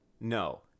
No